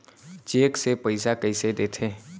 Cheque से पइसा कइसे देथे?